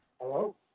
Hello